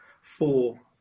four